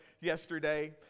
yesterday